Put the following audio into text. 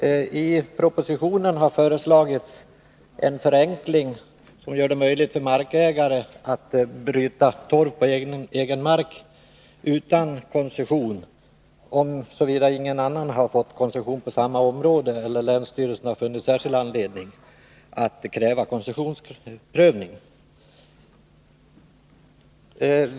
I propositionen har föreslagits en förenkling som gör det möjligt för markägare att utan koncession bryta torv på egen mark, såvida ingen annan har fått koncession på samma område eller länsstyrelsen har funnit särskild anledning att kräva koncessionsprövning.